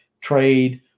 trade